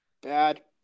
Bad